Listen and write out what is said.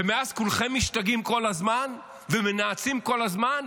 ומאז כולכם משתגעים כל הזמן ומנאצים כל הזמן,